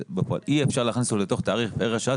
אי אפשר להכניס אותו לתוך תעריף ערך שעה.